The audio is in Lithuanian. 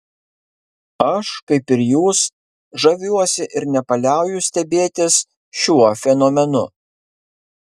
aš kaip ir jūs žaviuosi ir nepaliauju stebėtis šiuo fenomenu